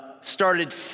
started